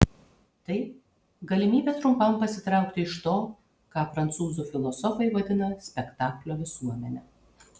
tai galimybė trumpam pasitraukti iš to ką prancūzų filosofai vadina spektaklio visuomene